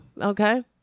okay